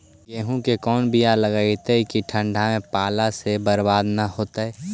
गेहूं के कोन बियाह लगइयै कि ठंडा में पाला से बरबाद न होतै?